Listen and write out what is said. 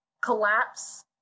collapse